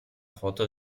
foto